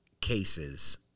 cases